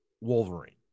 Wolverine